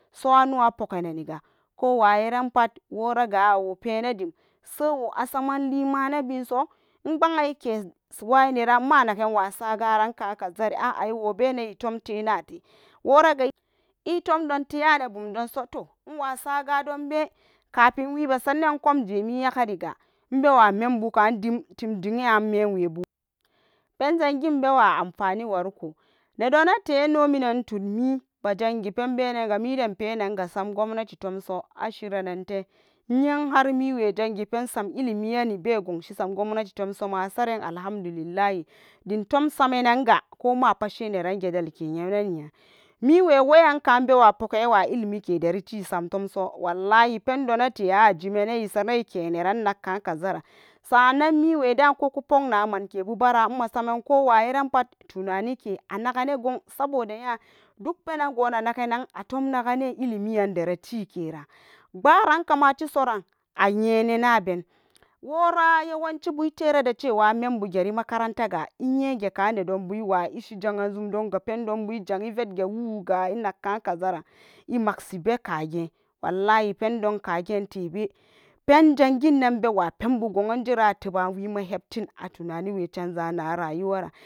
Su anu apuganiga kuwayiranpat woraga awopenedim sewo asamen limanebiso inba'an ike waineran manaken wasagaranka kazare a'a iwo benen iwo tumtenate woraga itumdon terani bumdunso, toh iwa saga don be kafin wibasarenen inkum jimi yagariga ibewa membu kadim timdin anno minwebu pen janjin bewa anfani warko nedonete ino minen tudmi bajangipen benega sam gwabnati tumso ashirannente iya harmewe jangipen sam ilimi ani beginshi sam gwabnati, tomsoma saren alhamdulillahi dimtum samen nanga kumapat sheneran gedalke yeniyan miwe weyanka bewa pogen iwa ilimi ke deriti samtumso wallahi pendoneteyan ajimenen isaranen ikye neran nakka kazaran, sa'an nan miweda kokupogna mankebubara masanen ko wayiranpat tunanike anagene gon saboda nya duk penarigona nagenan atom nagene ilimiyan deretikeyan gbaran kamatisoran ayenenaben wora yawanchibu tebede cewa membu geri makarantaga iyagaka nedonbu iwa ishi jangaren jum donga pendonbu wejan ivedge woga inag kazaran imagsi bekage, wallahi pendon kage tebe penjanginan bewa penbo gowangeran atoba atunaniwe canja na rayuwaran.